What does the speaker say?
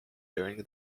during